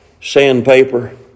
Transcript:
sandpaper